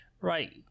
right